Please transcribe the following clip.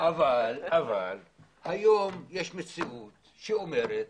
אבל היום יש מציאות שאומרת